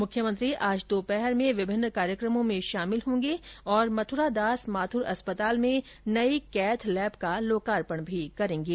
मुख्यमंत्री आज दोपहर में विभिन्न कार्यक्रमों में शामिल होगे और मथुरादास माथुर अस्पताल में नई कैथ लैब का लोकार्यण मी करेंगे